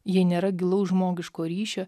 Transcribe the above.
jei nėra gilaus žmogiško ryšio